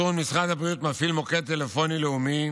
משרד הבריאות מפעיל מוקד טלפוני לאומי